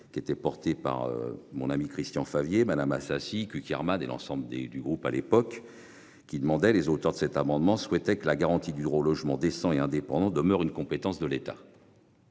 qui était porté par mon ami Christian Favier Madame Assassi Cukierman et l'ensemble des du groupe à l'époque qui demandait les auteurs de cet amendement souhaitait que la garantie du droit au logement décent et indépendant demeure une compétence de l'État.